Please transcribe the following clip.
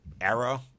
era